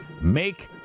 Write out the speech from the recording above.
Make